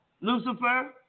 Lucifer